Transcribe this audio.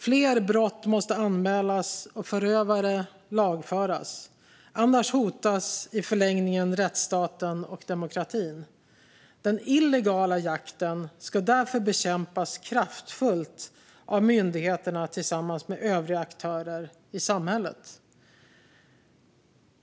Fler brott måste anmälas och förövare lagföras, annars hotas i förlängningen rättsstaten och demokratin. Den illegala jakten ska därför bekämpas kraftfullt av myndigheterna tillsammans med övriga aktörer i samhället.